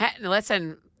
Listen